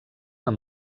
amb